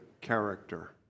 character